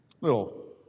little